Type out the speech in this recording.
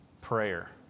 prayer